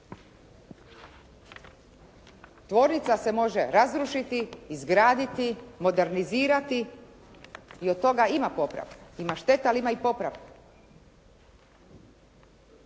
Tvornica se može razrušiti, izgraditi, modernizirati i od toga ima popravka. Ima štete, ali ima i popravka.